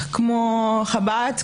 כמו חב"ד,